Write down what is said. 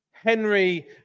Henry